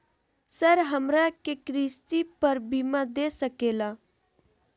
Sir हमरा के कृषि पर बीमा दे सके ला?